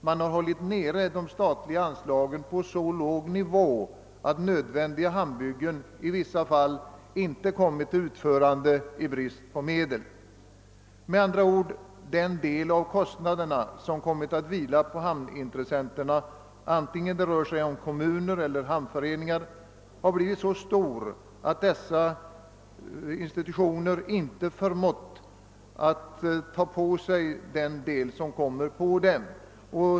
Man har hållit de statliga anslagen nere på så låg nivå, att nödvändiga hamnbyggen i vissa fall inte kommit till utförande i brist på medel. Med andra ord har den del av kostnaderna som kommit att vila på hamnintressenterna — vare sig det rör sig om kommuner eller hamnföreningar — blivit så stor, att dessa institutioner icke förmått ta på sig den.